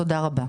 תודה רבה.